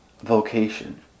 vocation